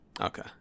Okay